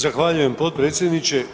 Zahvaljujem potpredsjedniče.